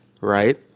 right